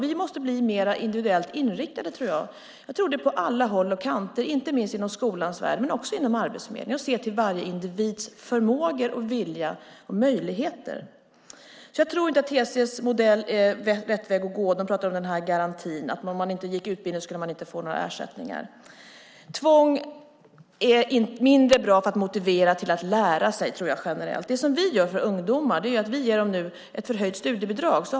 Vi måste bli mer individuellt inriktade på alla håll och kanter och inte minst inom skolans värld men också inom Arbetsförmedlingen och se till varje individs förmåga, vilja och möjligheter. Jag tror inte att TCO:s modell är rätt väg att gå. Man talar om garantin och att om människor inte går utbildningen skulle de inte få några ersättningar. Tvång är mindre bra för att motivera till att lära sig, tror jag generellt. Det som vi gör för ungdomar är att vi nu ger dem ett förhöjt studiebidrag.